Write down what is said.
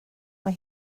mae